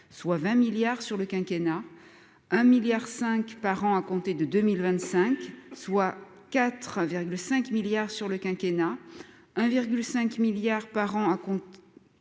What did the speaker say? soit 35 milliards sur le quinquennat 5 milliards par an à compter de 2024 soit 20 milliards sur le quinquennat un milliard 5 par an à compter de 2025